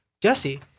Jesse